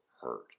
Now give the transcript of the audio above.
hurt